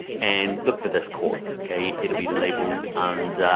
and look for this course, okay, it'll be labeled under